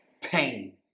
pain